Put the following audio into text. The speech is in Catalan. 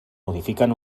modifiquen